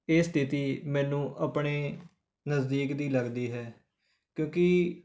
ਇਹ ਸਥਿਤੀ ਮੈਨੂੰ ਆਪਣੇ ਨਜ਼ਦੀਕ ਦੀ ਲੱਗਦੀ ਹੈ ਕਿਉਂਕਿ